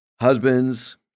husbands